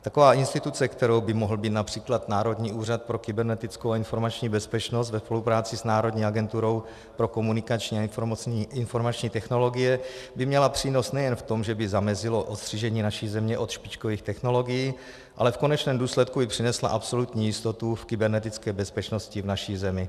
Taková instituce, kterou by mohl být například Národní úřad pro kybernetickou a informační bezpečnost ve spolupráci s Národní agenturou pro komunikační a informační technologie, by měla přínos nejen v tom, že by se zamezilo odstřižení naší země od špičkových technologií, ale v konečném důsledku by přinesla absolutní jistotu v kybernetické bezpečnosti v naší zemi.